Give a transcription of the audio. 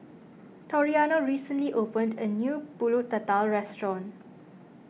Toriano recently opened a new Pulut Tatal restaurant